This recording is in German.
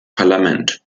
parlament